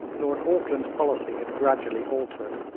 lord auckland's policy had gradually altered.